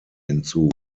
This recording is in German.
hinzu